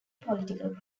political